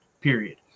period